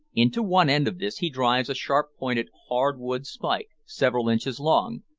into one end of this he drives a sharp-pointed hard-wood spike, several inches long,